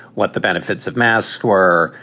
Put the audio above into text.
what the benefits of mass were.